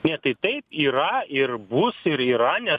ne tai taip yra ir bus ir yra nes